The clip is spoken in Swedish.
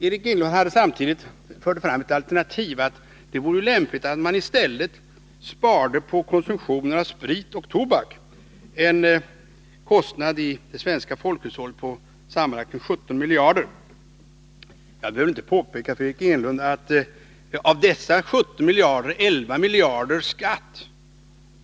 Eric Enlund förde fram alternativet att man i stället skulle spara på konsumtionen av sprit och tobak, en kostnad i det svenska folkhushållet på sammanlagt 17 miljarder kronor. Jag behöver inte påpeka för Eric Enlund att av dessa 17 miljarder är 11 miljarder skatt.